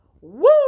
Woo